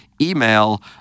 email